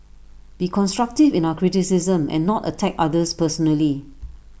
be constructive in our criticisms and not attack others personally